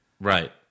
Right